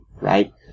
right